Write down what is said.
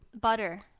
Butter